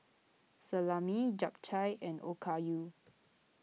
Salami Japchae and Okayu